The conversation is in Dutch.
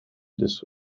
dus